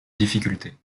difficulté